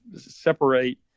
separate